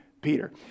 Peter